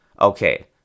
Okay